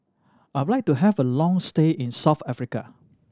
I would like to have a long stay in South Africa